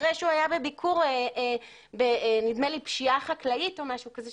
אחרי שהוא היה בביקור בפשיעה חקלאית או משהו כזה.